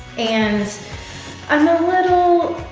and i'm a little,